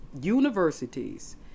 universities